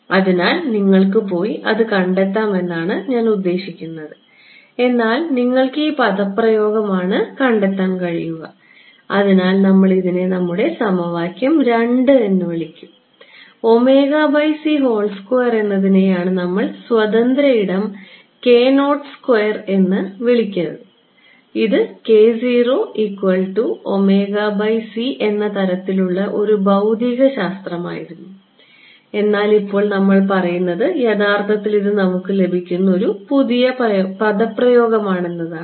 അതിനാൽ നിങ്ങൾക്ക് പോയി അത് കണ്ടെത്താം എന്നാണ് ഞാൻ ഉദ്ദേശിക്കുന്നത് എന്നാൽ നിങ്ങൾക്ക് ഈ പദപ്രയോഗമാണ് കണ്ടെത്താൻ കഴിയുക അതിനാൽ നമ്മൾ ഇതിനെ നമ്മുടെ സമവാക്യം 2 എന്ന് വിളിക്കും എന്നതിനെയാണ് നമ്മൾ സ്വതന്ത്ര ഇടം k നോട്ട് സ്ക്വയർ എന്ന് വിളിച്ചത് ഇത് എന്ന തരത്തിലുള്ള ഉള്ള ഒരു ഭൌതികശാസ്ത്രമായിരുന്നു എന്നാൽ ഇപ്പോൾ നമ്മൾ പറയുന്നത് യഥാർത്ഥത്തിൽ ഇത് നമുക്ക് ലഭിക്കുന്ന പുതിയ പദപ്രയോഗമാണെന്നാണ്